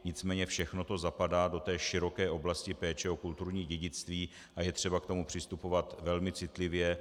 Nicméně všechno to zapadá do té široké oblasti péče o kulturní dědictví a je třeba k tomu přistupovat velmi citlivě.